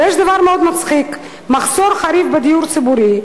ויש דבר מאוד מצחיק, מחסור חריף בדיור ציבורי.